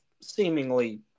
seemingly